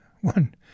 one